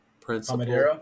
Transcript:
principle